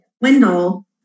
Wendell